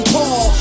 Paul